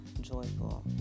joyful